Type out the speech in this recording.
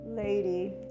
lady